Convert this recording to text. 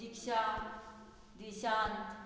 Diksha Dishant